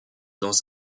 dans